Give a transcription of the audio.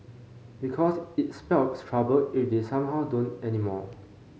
because it spell trouble if they somehow don't anymore